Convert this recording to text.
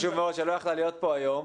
שלא יכלה להיות פה היום,